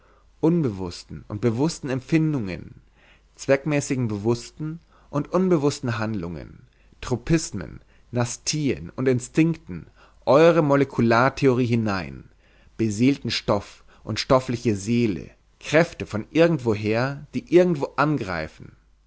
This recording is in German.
unbewußten und bewußten empfindungen zweckmäßigen bewußten und unbewußten handlungen tropismen nastien und instinkten eure molekulartheorie hinein beseelten stoff und stoffliche seele kräfte von irgendwo her die irgendwo angreifen